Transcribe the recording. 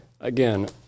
again